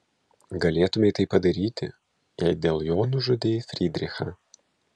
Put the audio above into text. galėtumei tai padaryti jei dėl jo nužudei frydrichą